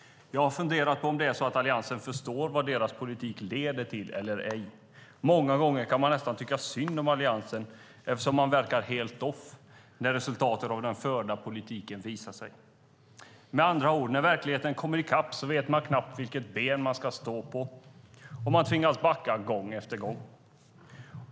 Jag funderar på om Alliansen förstår vad deras politik leder till eller ej. Många gånger kan man nästan tycka synd om Alliansen eftersom de verkar helt off när resultatet av den förda politiken visar sig. Med andra ord: När verkligheten kommer i kapp vet man knappt vilket ben man ska stå på, och man tvingas backa gång efter gång.